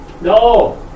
No